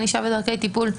ענישה ודרכי טיפול),